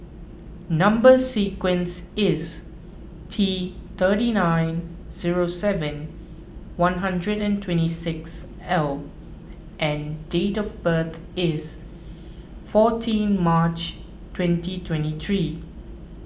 Number Sequence is T thirty nine zero seven one hundred and twenty six L and date of birth is fourteen March twenty twenty three